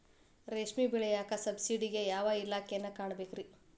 ರೇಷ್ಮಿ ಬೆಳಿಯಾಕ ಸಬ್ಸಿಡಿಗೆ ಯಾವ ಇಲಾಖೆನ ಕಾಣಬೇಕ್ರೇ?